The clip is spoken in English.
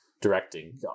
directing